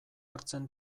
hartzen